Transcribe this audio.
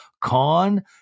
Con